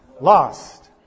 lost